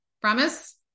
Promise